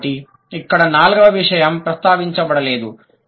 కాబట్టి ఇక్కడ నాల్గవ విషయం ప్రస్తావించబడలేదు